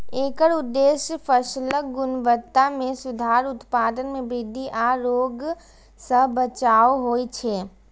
एकर उद्देश्य फसलक गुणवत्ता मे सुधार, उत्पादन मे वृद्धि आ रोग सं बचाव होइ छै